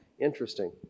interesting